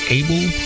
able